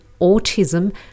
autism